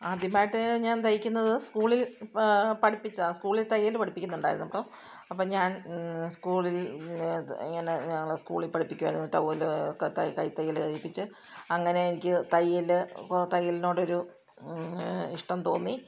ആദ്യമായിട്ട് ഞാൻ തയ്ക്കുന്നത് സ്കൂളിൽ പഠിപ്പിച്ച സ്കൂളിൽ തയ്യൽ പഠിപ്പിക്കുന്നുണ്ടായിരുന്നു അപ്പം അപ്പം ഞാൻ സ്കൂളിൽ ത് ഇങ്ങനെ ഞങ്ങളുടെ സ്കൂളിൽ പഠിപ്പിക്കുവായിരുന്നു ടൗവൽ ഒക്കെ തയ് കൈതയ്യലൽ തയ്പ്പിച്ച് അങ്ങനെ എനിക്കു തയ്യൽ തയ്യലിനോടൊരു ഇഷ്ടം തോന്നി